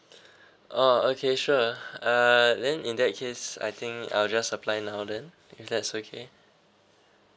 oh okay sure uh then in that case I think I will just apply now then if that's okay